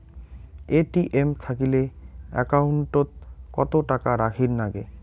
ATM থাকিলে account ওত কত টাকা রাখীর নাগে?